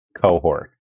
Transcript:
cohort